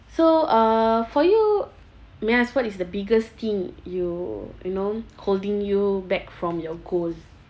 so uh for you may ask what is the biggest thing you you know holding you back from your goals